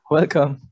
Welcome